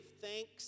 thanks